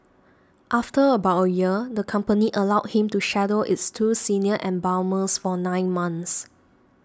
after about a year the company allowed him to shadow its two senior embalmers for nine months